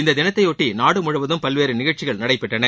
இந்த தினத்தைபொட்டி நாடு முழுவதும் பல்வேறு நிகழ்ச்சிகள் நடைபெற்றன